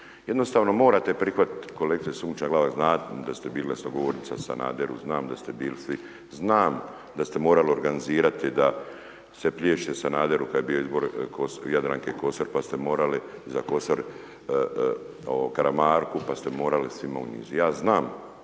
Jednostavno morate prihvatiti, kolegice Sunčana Glavak, znam da ste bili glasnogovornica Sanaderu, znam da ste bili svi, znam da ste morali organizirati da se priječe Sanaderu kad je bio izbore Jadranke Kosor pa ste morali za Kosor, ovo Karamarku, pa ste morali svima u nizu.